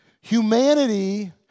Humanity